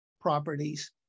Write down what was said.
properties